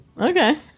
Okay